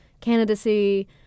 candidacy